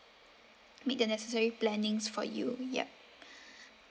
make the necessary plannings for you yup